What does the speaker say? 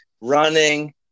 Running